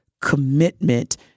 commitment